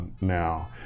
now